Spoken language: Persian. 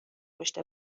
پشت